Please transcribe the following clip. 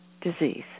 disease